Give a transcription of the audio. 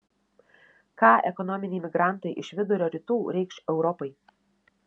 ką ekonominiai migrantai iš vidurio rytų reikš europai